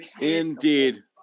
Indeed